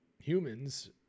humans